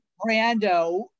Brando